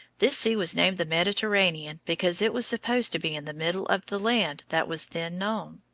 this sea was named the mediterranean because it was supposed to be in the middle of the land that was then known.